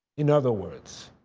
in other words,